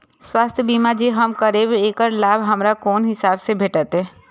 स्वास्थ्य बीमा जे हम करेब ऐकर लाभ हमरा कोन हिसाब से भेटतै?